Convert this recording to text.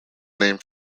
name